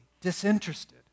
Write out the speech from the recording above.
disinterested